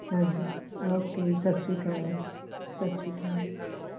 ਹਾਂਜੀ ਓਕੇ ਸਤਿ ਸ਼੍ਰੀ ਅਕਾਲ ਸਤਿ ਸ਼੍ਰੀ ਅਕਾਲ